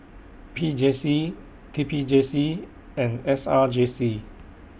P J C T P J C and S R J C